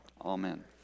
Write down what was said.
Amen